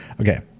Okay